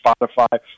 Spotify